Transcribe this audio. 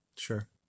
Sure